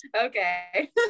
Okay